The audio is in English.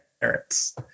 parents